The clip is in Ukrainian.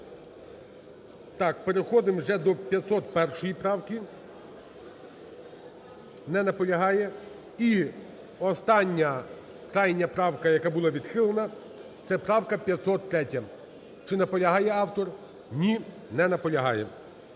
Так, переходимо вже до 501 правки. Не наполягає. І остання, крайня правка, яка була відхилена, це правка 503. Чи наполягає автор? Ні, не наполягає.